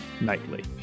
Nightly